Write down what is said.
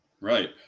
right